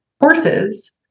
horses